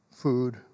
food